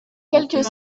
quelques